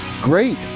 great